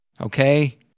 Okay